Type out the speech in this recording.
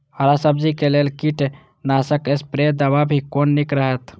हरा सब्जी के लेल कीट नाशक स्प्रै दवा भी कोन नीक रहैत?